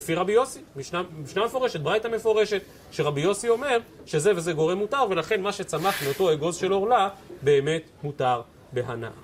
כפי רבי יוסי, משנה המפורשת, בריתא מפורשת, שרבי יוסי אומר שזה וזה גורם מותר ולכן מה שצמח מאותו אגוז של עורלה באמת מותר בהנאה.